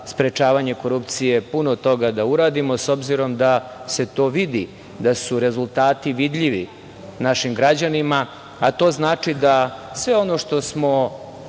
sprečavanje korupcije, puno toga da uradimo, s obzirom da se to vidi, da su rezultati vidljivi našim građanima, a to znači da sve ono što smo